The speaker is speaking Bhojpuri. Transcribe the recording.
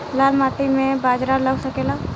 लाल माटी मे बाजरा लग सकेला?